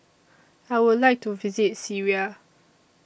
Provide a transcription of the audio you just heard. I Would like to visit Syria